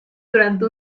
durante